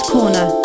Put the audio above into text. Corner